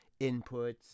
inputs